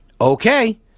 okay